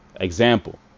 Example